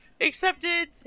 Accepted